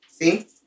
See